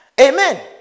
Amen